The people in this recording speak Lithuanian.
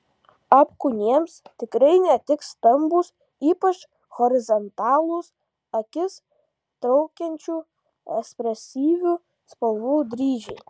apkūniems tikrai netiks stambūs ypač horizontalūs akis traukiančių ekspresyvių spalvų dryžiai